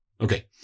Okay